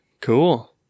Cool